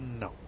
No